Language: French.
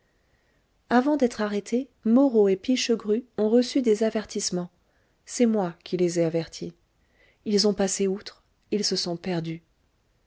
avant d'être arrêtés moreau et pichegru ont reçu des avertissements c'est moi qui les ai avertis ils ont passé outre ils se sont perdus